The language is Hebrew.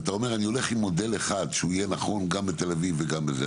אתה אומר אני הולך עם מודל אחד שיהיה נכון גם לתל אביב וגם לזה,